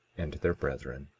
and their brethren.